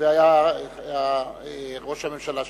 והיה ראש הממשלה שמיר.